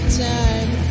time